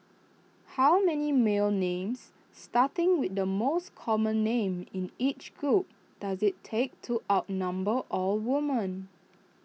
how many male names starting with the most common names in each group does IT take to outnumber all women